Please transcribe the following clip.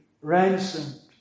ransomed